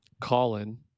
Colin